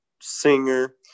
singer